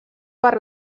per